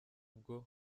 bwo